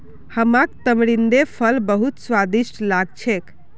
हमाक तमरिंदेर फल बहुत स्वादिष्ट लाग छेक